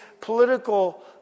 political